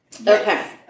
okay